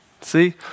See